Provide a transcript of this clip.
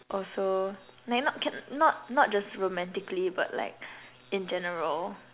also like not can not not just romantically but like in general